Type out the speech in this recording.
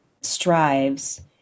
strives